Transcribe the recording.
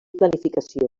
planificació